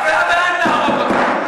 אתם בעד להרוג אותם.